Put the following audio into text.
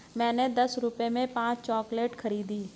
मैंने दस रुपए में पांच चॉकलेट खरीदी